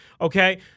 Okay